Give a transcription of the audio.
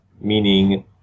meaning